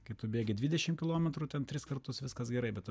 kai tu bėgi dvidešim kilometrų ten tris kartus viskas gerai bet